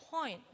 point